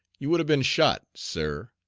you would have been shot, sir,